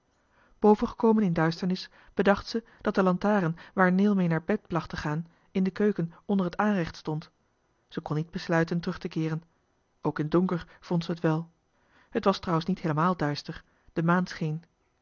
bovengekomen in duisternis bedacht ze dat de lantaren waar neel mee naar bed placht te gaan in de keuken onder het aanrecht stond ze kon niet besluiten terug te keeren ook in donker vond ze t wel het was trouwens niet heelemaal duister de maan